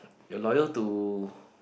you're loyal to